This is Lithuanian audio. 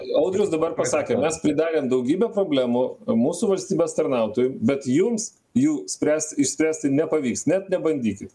audrius dabar pasakė mes pridarėm daugybę problemų mūsų valstybės tarnautojų bet jums jų spręst išspręsti nepavyks net nebandykit